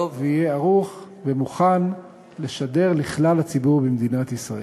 ויהיה ערוך ומוכן לשדר לכלל הציבור במדינת ישראל.